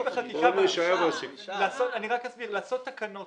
לעשות תקנות